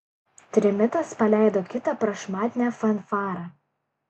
trimitas paleido kitą prašmatnią fanfarą